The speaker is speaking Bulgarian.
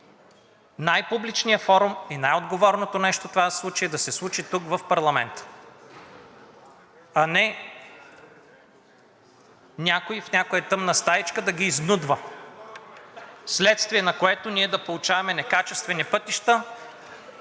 Най публичният форум и най-отговорното нещо това да се случи е да се случи тук в парламента, а не някой в някоя тъмна стаичка да ги изнудва, вследствие на което ние да получаваме некачествени пътища